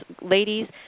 Ladies